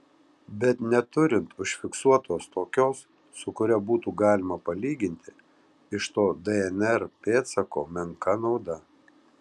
bet neturint užfiksuotos tokios su kuria būtų galima palyginti iš to dnr pėdsako menka nauda